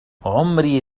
عمري